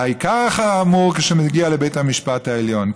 והעיקר, החמור, כשזה מגיע לבית המשפט העליון.